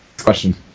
question